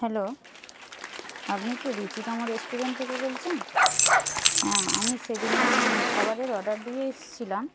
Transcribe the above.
hello আপনি কি Ruchitam restaurant থেকে বলছেন হ্যাঁ আমি সেদিনে খাবারের অর্ডার দিয়ে এসছিলাম